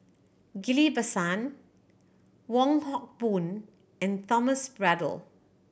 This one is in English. Ghillie Basan Wong Hock Boon and Thomas Braddell